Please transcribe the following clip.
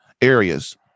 areas